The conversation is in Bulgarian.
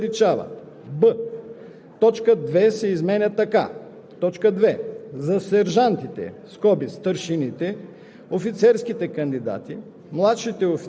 в т. 1 думите „сержантите (старшините), офицерските кандидати и младшите офицери“ се заличават; б)